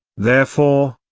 therefore,